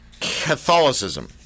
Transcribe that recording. Catholicism